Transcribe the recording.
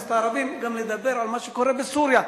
הכנסת הערבים גם לדבר על מה שקורה בסוריה,